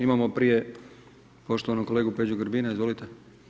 Imamo prije poštovanog kolegu Peđu Grbina, izvolite.